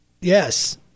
Yes